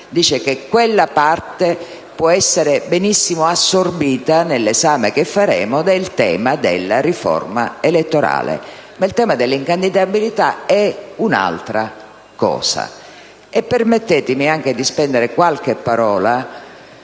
dice che quella parte può essere benissimo assorbita nell'esame che faremo del tema della riforma elettorale. Ma il tema dell'incandidabilità è un'altra cosa. Permettetemi anche di spendere qualche parola